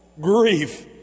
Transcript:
Grief